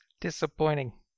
disappointing